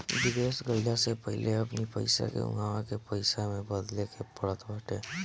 विदेश गईला से पहिले अपनी पईसा के उहवा के पईसा में बदले के पड़त बाटे